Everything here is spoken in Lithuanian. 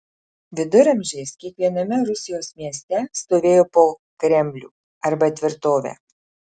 viduramžiais kiekviename rusijos mieste stovėjo po kremlių arba tvirtovę